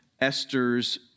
Esther's